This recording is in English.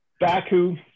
Baku